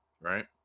Right